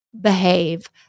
behave